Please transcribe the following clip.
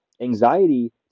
anxiety